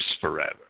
forever